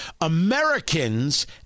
Americans